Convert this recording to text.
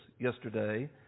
yesterday